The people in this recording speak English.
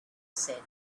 said